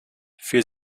für